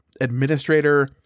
administrator